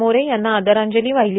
मोरे यांना आदरांजली वाहिली